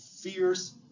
fierce